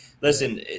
listen